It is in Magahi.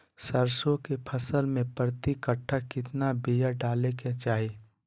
सरसों के फसल में प्रति कट्ठा कितना बिया डाले के चाही?